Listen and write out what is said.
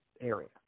area